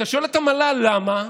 אתה שואל את המל"ל למה,